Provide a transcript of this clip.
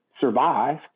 survive